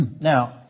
Now